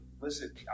Listen